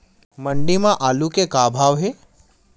मंडी म आलू के का भाव हे?